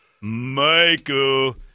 Michael